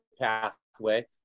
pathway